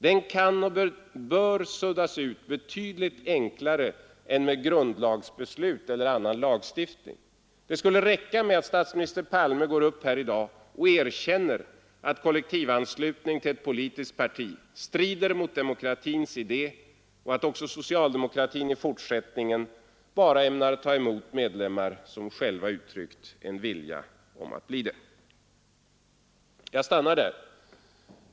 Den kan och bör suddas ut betydligt enklare än med grundlagsbeslut eller annan lagstiftning. Det skulle räcka med att Olof Palme går upp här i dag och erkänner att kollektivanslutning till ett politiskt parti strider mot demokratins hela idé och att också socialdemokratin i fortsättningen bara ämnar ta emot medlemmar som själva uttryckt en vilja att bli det. Jag stannar här.